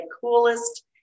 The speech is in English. coolest